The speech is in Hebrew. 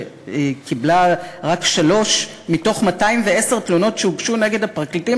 קיבלה רק שלוש מתוך 210 תלונות שהוגשו נגד הפרקליטים,